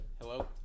Hello